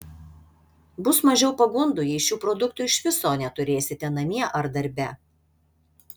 bus mažiau pagundų jei šių produktų iš viso neturėsite namie ar darbe